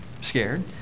scared